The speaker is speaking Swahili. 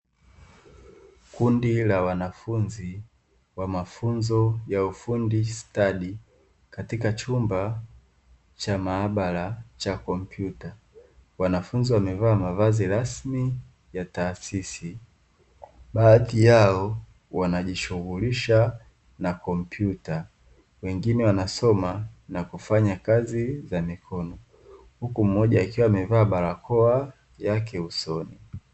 Kundi la wanafunzi wa mafunzo ya ufundi stadi, katika chumba cha maabara cha kompyuta. Wanafunzi wamevaa mavazi rasmi ya taasisi, baadhi yao wanajishughulisha na kompyuta, wengine wanasoma na kufanya kazi za mikono, huku mmoja akiwa amevaa barakoa yake usoni.